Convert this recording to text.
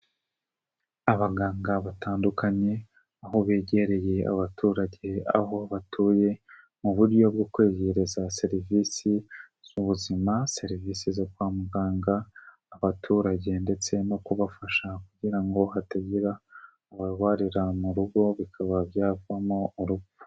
Abaganga batandukanye aho begereye abaturage aho batuye mu buryo bwo kwegereza serivise z'ubuzima serivise zo kwa muganga abaturage ndetse no kubafasha kugira ngo hatagira abarwarira mu rugo bikaba byavamo urupfu.